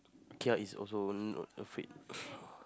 kia is also not afraid